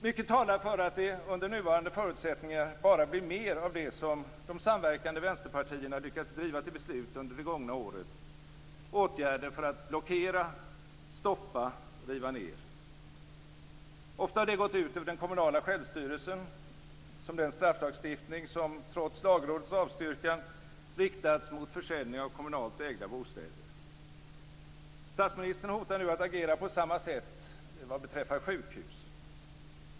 Mycket talar för att det under nuvarande förutsättningar bara blir mer av det som de samverkande vänsterpartierna lyckats driva till beslut under det gångna året: åtgärder för att blockera, stoppa och riva ned. Ofta har det gått ut över den kommunala självstyrelsen, som den strafflagstiftning som trots Lagrådets avstyrkan riktats mot försäljning av kommunalt ägda bostäder. Statsministern hotar nu att agera på samma sätt vad beträffar sjukhus.